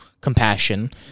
compassion